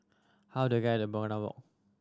how do I get to Begonia Walk